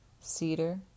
Cedar